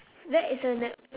that is a l~